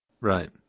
Right